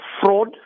fraud